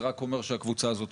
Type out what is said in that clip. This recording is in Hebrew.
זה רק אומר שהקבוצה הזאת צודקת,